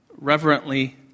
reverently